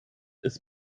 ist